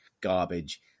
garbage